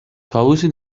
طاووسی